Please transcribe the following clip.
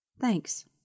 Thanks